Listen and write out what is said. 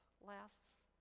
lasts